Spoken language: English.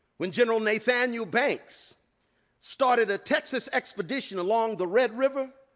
when general nathaniel banks started a texas expedition along the red river,